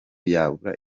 yabura